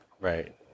Right